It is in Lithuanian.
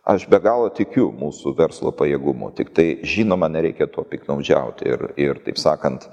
aš be galo tikiu mūsų verslo pajėgumu tiktai žinoma nereikėtų piktnaudžiauti ir ir taip sakant